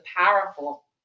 powerful